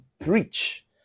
preach